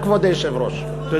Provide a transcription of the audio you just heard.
אומר לך "כבוד היושב-ראש" הזמן נגמר.